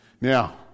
Now